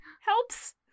helps